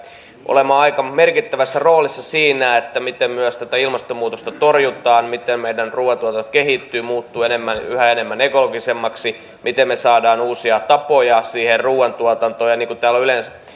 olemaan aika merkittävässä roolissa siinä miten myös tätä ilmastonmuutosta torjutaan miten meidän ruuantuotanto kehittyy ja muuttuu yhä ekologisemmaksi ja miten me saamme uusia tapoja siihen ruuantuotantoon niin kuin täällä